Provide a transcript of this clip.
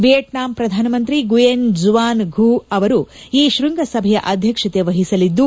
Vietnam ಪ್ರಧಾನಮಂತ್ರಿ Nguyen Xuan Phuc ಅವರು ಈ ಶ್ವಂಗ ಸಭೆಯ ಅಧ್ಯಕ್ಷತೆ ವಹಿಸಲಿದ್ದು